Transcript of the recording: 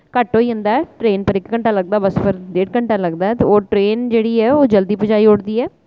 घट होई जंदा ऐ ट्रेन पर इक घैंटा लगदा बस पर डेढ़ घैंटा लगदा ऐ ते ओह् ट्रेन जेह्ड़ी ऐ ओ जल्दी पजाई ओड़दी ऐ